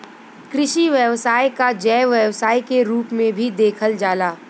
कृषि व्यवसाय क जैव व्यवसाय के रूप में भी देखल जाला